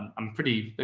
i'm pretty, you